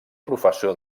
professor